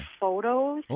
photos